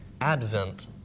Advent